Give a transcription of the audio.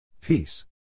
Peace